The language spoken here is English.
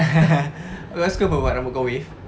kau suka [pe] buat rambut kau wave